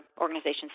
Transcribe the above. organizations